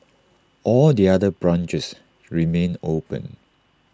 all the other branches remain open